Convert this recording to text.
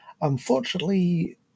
unfortunately